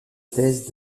thèse